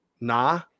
Nah